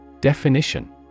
Definition